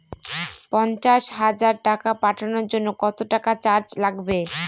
পণ্চাশ হাজার টাকা পাঠানোর জন্য কত টাকা চার্জ লাগবে?